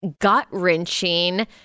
gut-wrenching